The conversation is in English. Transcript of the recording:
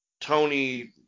Tony